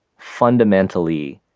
fundamentally,